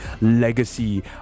legacy